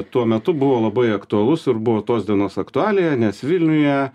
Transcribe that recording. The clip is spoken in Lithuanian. tuo metu buvo labai aktualus ir buvo tos dienos aktualija nes vilniuje